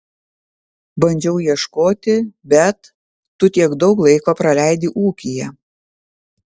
bandžiau ieškoti bet tu tiek daug laiko praleidi ūkyje